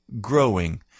growing